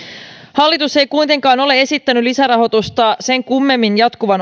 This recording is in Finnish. hallitus ei kuitenkaan ole esittänyt lisärahoitusta sen kummemmin jatkuvan